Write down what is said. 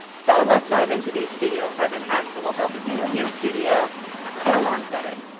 so let's dive into these studio apartment hacks that will help you and your studio get along better!